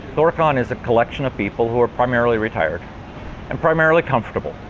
thorcon is a collection of people who are primarily retired and primarily comfortable.